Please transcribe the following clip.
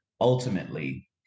ultimately